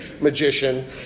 magician